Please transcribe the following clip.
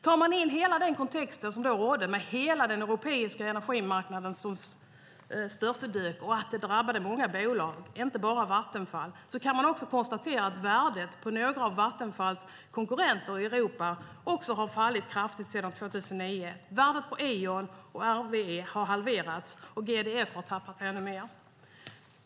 Tar man in hela den kontext som då rådde med hela den europeiska energimarknaden som störtdök och att det drabbade många bolag, inte bara Vattenfall, kan man konstatera att värdet på några av Vattenfalls konkurrenter i Europa också har fallit kraftigt sedan 2009. Värdet på Eon och RWE har halverats och GDF har tappat ännu mer.